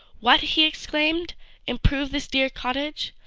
what! he exclaimed improve this dear cottage!